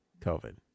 COVID